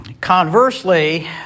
conversely